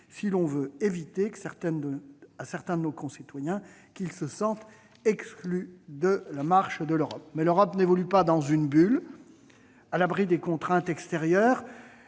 afin d'éviter que certains de nos concitoyens ne se sentent exclus de la marche de l'Europe. L'Europe n'évolue pas dans une bulle, à l'abri des contraintes extérieures.